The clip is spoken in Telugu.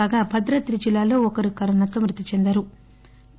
కాగా భద్రాద్రి జిల్లాలో ఒకరు కరోనాతో మృతిచెందారు